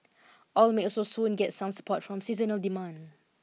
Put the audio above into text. oil may also soon get some support from seasonal demand